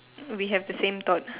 we have the same thought